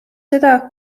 seda